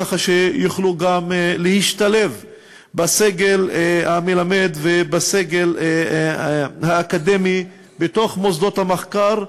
כך שיוכלו להשתלב גם בסגל המלמד ובסגל האקדמי בתוך מוסדות המחקר.